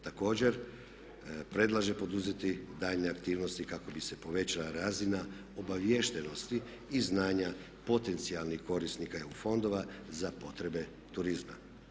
Također, predlaže poduzeti daljnje aktivnost kako bi se povećala razina obaviještenosti i znanja potencijalnih korisnika EU fondova za potrebe turizma.